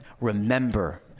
remember